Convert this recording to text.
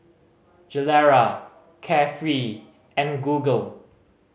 Gilera Carefree and Google